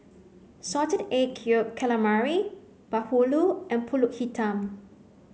Salted Egg Yolk Calamari Bahulu and Pulut Hitam